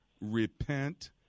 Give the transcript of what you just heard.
repent